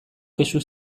kexu